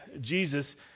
Jesus